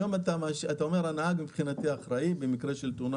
היום אתה אומר שהנהג אחראי במקרה של תאונה,